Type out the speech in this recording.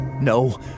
No